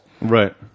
Right